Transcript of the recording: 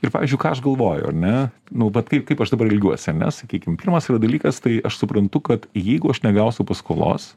ir pavyzdžiui ką aš galvoju ar ne nu vat kaip kaip aš dabar elgiuosi ar ne sakykim pirmas yra dalykas tai aš suprantu kad jeigu aš negausiu paskolos